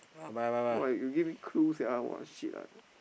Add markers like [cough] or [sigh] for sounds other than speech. [noise] why you give me clue sia what shit ah